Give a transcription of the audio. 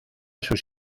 sus